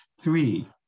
three